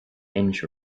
inch